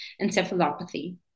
encephalopathy